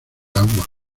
agua